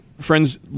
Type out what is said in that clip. Friends